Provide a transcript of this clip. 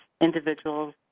individuals